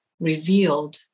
revealed